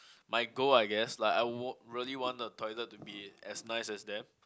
my goal I guess like I want really want the toilet to be as nice as them